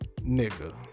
nigga